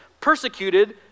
persecuted